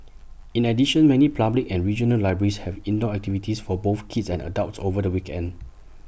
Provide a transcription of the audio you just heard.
in addition many public and regional libraries have indoor activities for both kids and adults over the weekend